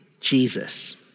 Jesus